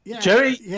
Jerry